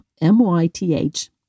M-Y-T-H